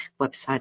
website